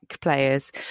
players